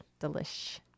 delish